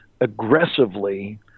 aggressively